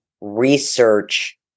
research